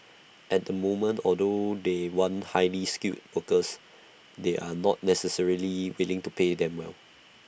at the moment although they want highly skilled workers they are not necessarily willing to pay them well